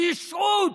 רשעות,